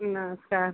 नमस्कार